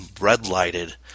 red-lighted